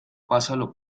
pásalo